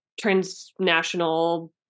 transnational